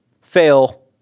fail